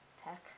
tech